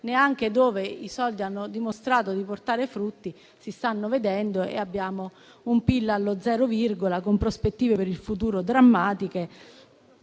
neanche dove i soldi hanno dimostrato di portare frutti, si stanno vedendo. Abbiamo un PIL allo zero virgola, con prospettive per il futuro drammatiche